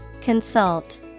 Consult